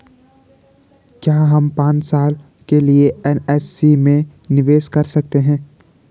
क्या हम पांच साल के लिए एन.एस.सी में निवेश कर सकते हैं?